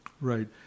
Right